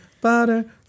butter